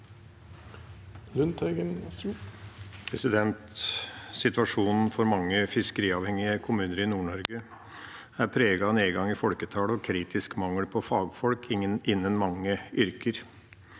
Situasjonen for mange fiskeriavhengige kommuner i Nord-Norge er preget av nedgang i folketall og kritisk mangel på fagfolk innenfor mange yrker.